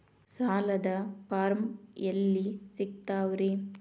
ಸಾಲದ ಫಾರಂ ಎಲ್ಲಿ ಸಿಕ್ತಾವ್ರಿ?